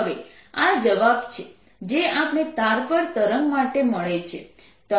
હવે આ જવાબ છે જે આપણને તાર પર તરંગ માટે મળે છે